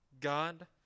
God